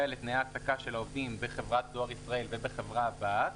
לתנאי ההעסקה של העובדים בחברת דואר ישראל ובחברה בת,